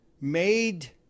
made